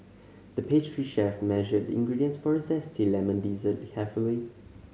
the pastry chef measured the ingredients for a zesty lemon dessert carefully